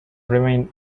remained